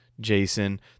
Jason